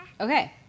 okay